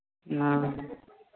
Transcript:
हाँ